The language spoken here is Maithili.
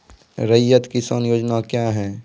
रैयत किसान योजना क्या हैं?